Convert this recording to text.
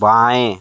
बाएं